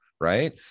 Right